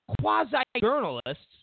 quasi-journalists